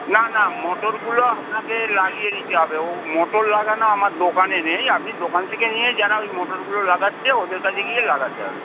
না না মোটরগুলো আপনাকে লাগিয়ে নিতে হবে ও মোটর লাগানো আমার দোকানে নেই আপনি দোকান থেকে নিয়ে যারা ওই মোটরগুলো লাগাচ্ছে ওদের কাছে গিয়ে লাগাতে হবে